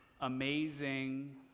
amazing